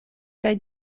kaj